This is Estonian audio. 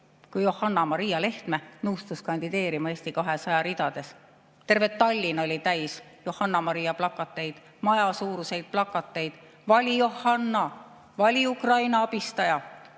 kui Johanna-Maria Lehtme nõustus kandideerima Eesti 200 ridades. Terve Tallinn oli täis Johanna-Maria plakateid, majasuuruseid plakateid: "Vali Johanna! Vali Ukraina abistaja!"